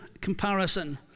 comparison